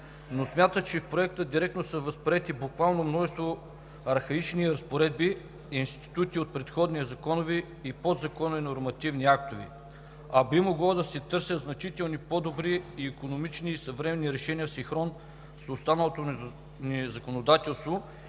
но смятат, че в Проекта директно са възприети буквално множество архаични разпоредби и институти от предходни законови и подзаконови нормативни актове, а би могло да се търсят значително по-добри и икономични съвременни решения в синхрон с останалото ни законодателство,